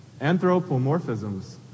anthropomorphisms